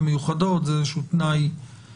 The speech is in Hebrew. מיוחדות להתמודדות עם נגיף הקורונה החדש (הוראת שעה),